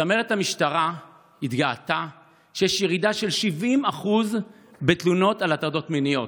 צמרת המשטרה התגאתה על שיש ירידה של 70% בתלונות על הטרדות מיניות.